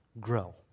grow